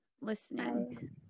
listening